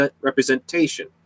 representation